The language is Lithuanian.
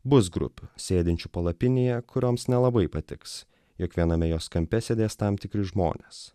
bus grupių sėdinčių palapinėje kurioms nelabai patiks jog viename jos kampe sėdės tam tikri žmonės